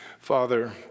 Father